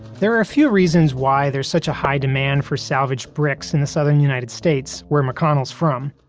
there are a few reasons why there's such a high demand for salvaged bricks in the southern united states, where mcconnell's from.